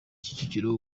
kicukiro